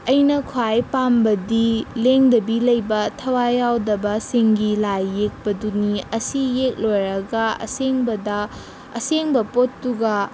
ꯑꯩꯅ ꯈ꯭ꯋꯥꯏ ꯄꯥꯝꯕꯗꯤ ꯂꯦꯡꯗꯕꯤ ꯂꯩꯕ ꯊꯋꯥꯏ ꯌꯥꯎꯗꯕ ꯁꯤꯡꯒꯤ ꯂꯥꯏ ꯌꯦꯛꯄꯗꯨꯅꯤ ꯑꯁꯤ ꯌꯦꯛ ꯂꯣꯏꯔꯒ ꯑꯁꯦꯡꯕꯗ ꯑꯁꯦꯡꯕ ꯄꯣꯠꯇꯨꯒ